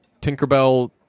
Tinkerbell